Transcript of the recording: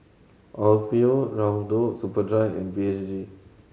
Alfio Raldo Superdry and B H G